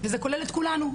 וזה כולל את כולנו.